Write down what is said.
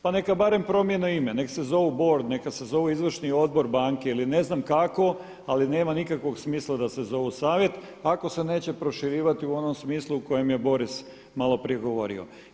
Pa neka barem promijene ime, neka se zovu bor, neka se zovu izvršni odbor banke ili ne znam kako, ali nema nikakvog smisla da se zovu savjet ako se neće proširivati u onom smislu o kojem je Boris malo prije govorio.